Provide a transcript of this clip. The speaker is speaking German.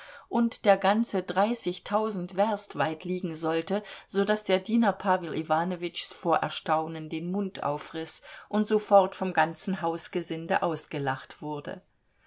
und der ganze dreißigtausend werst weit liegen sollte so daß der diener pawel iwanowitschs vor erstaunen den mund aufriß und sofort vom ganzen hausgesinde ausgelacht wurde